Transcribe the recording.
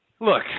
Look